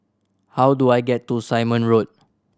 how do I get to Simon Road